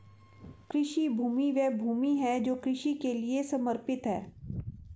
कृषि भूमि वह भूमि है जो कृषि के लिए समर्पित है